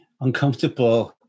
uncomfortable